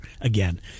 again